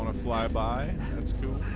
ah fly by